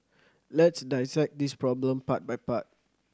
let's dissect this problem part by part